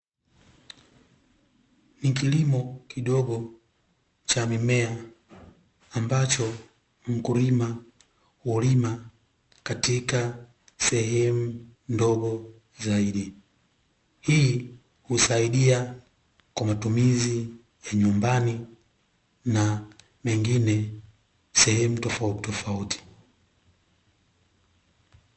Ni kilimo kidogo cha mimea ambacho mkulima hulima katika sehemu ndogo zaidi, hii husaidia kwa matumizi ya nyumbani na mengine sehemu tofauti tofauti.